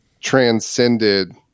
transcended